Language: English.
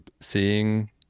seeing